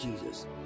Jesus